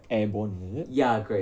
airborne is it